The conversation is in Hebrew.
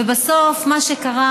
ובסוף מה שקרה,